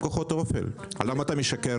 למה אתה משקר?